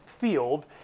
Field